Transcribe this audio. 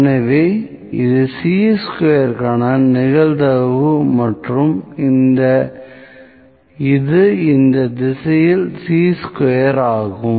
எனவே இது சீ ஸ்கொயருக்கான நிகழ்தகவு மற்றும் இது இந்த திசையில் சீ ஸ்கொயர் ஆகும்